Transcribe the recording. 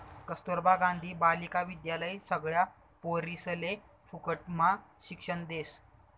कस्तूरबा गांधी बालिका विद्यालय सगळ्या पोरिसले फुकटम्हा शिक्षण देस